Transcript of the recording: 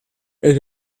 and